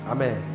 Amen